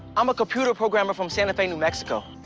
i'm a computer programmer from sante fe, new mexico.